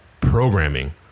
programming